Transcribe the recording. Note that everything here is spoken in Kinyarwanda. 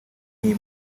n’iyi